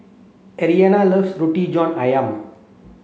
Ardelia loves Roti John Ayam